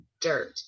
Dirt